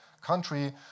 country